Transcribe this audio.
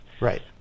Right